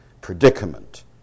predicament